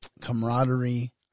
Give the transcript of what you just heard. camaraderie